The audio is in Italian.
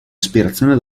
ispirazione